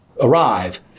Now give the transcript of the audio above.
arrive